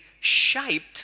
shaped